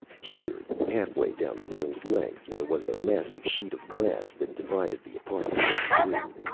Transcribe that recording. here, halfway down the room's length, there was a massive sheet of glass that divided the apartment into two.